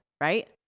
right